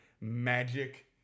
magic